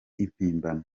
impimbano